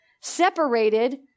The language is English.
Separated